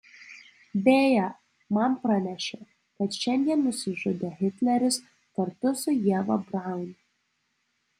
beje man pranešė kad šiandien nusižudė hitleris kartu su ieva braun